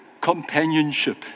companionship